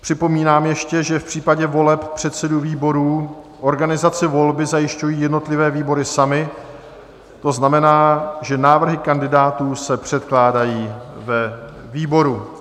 Připomínám ještě, že v případě voleb předsedů výborů organizaci volby zajišťují jednotlivé výbory samy, to znamená, že návrhy kandidátů se předkládají ve výboru.